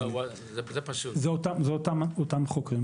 אלה אותם חוקרים.